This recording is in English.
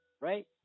right